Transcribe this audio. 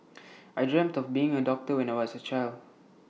I dreamt of being A doctor when I was A child